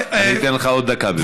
אני אתן לך עוד דקה.